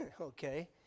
okay